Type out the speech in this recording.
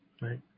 right